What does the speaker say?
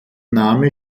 name